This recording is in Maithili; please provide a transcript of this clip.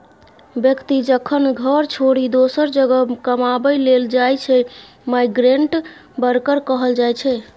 बेकती जखन घर छोरि दोसर जगह कमाबै लेल जाइ छै माइग्रेंट बर्कर कहल जाइ छै